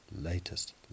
latest